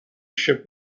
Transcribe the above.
ship